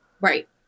Right